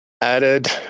added